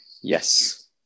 yes